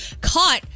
caught